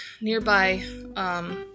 nearby